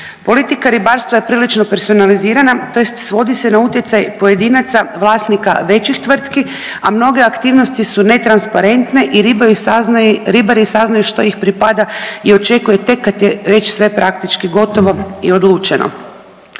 Politika ribarstva je prilično personalizirana tj. svodi se na utjecaj pojedinaca vlasnika većih tvrtki, a mnoge aktivnosti su netransparentne i ribari saznaju što ih pripada i očekuje tek kad je već sve praktički gotovo i odlučeno.